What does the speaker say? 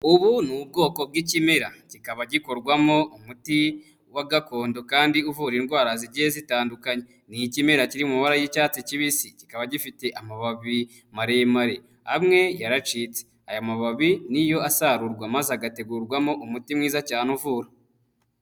Ubu ni ubwoko bw'ikimera, kikaba gikorwamo umuti wa gakondo kandi uvura indwara zigiye zitandukanye, ni ikimera kiri mu mabara y'icyatsi kibisi, kikaba gifite amababi maremare, amwe yaracitse, aya mababi niyo asarurwa maze agategurwamo umuti mwiza cyane uvura.